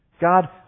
God